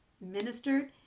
ministered